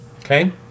Okay